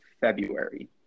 february